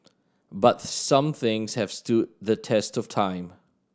but some things have stood the test of time